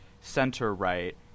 center-right